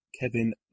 Kevin